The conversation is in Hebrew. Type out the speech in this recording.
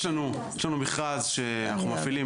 יש לנו מכרז שאנחנו מפעילים,